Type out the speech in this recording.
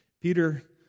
Peter